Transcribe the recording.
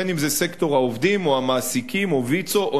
אם סקטור העובדים או המעסיקים או ויצו או